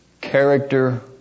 character